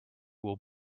will